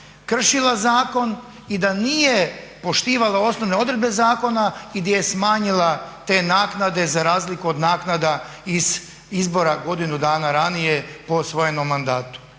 kršila zakon i da nije poštivala osnovne odredbe zakona i gdje je smanjila te naknade za razliku od naknada iz izbora godinu dana ranije po osvojenom mandatu.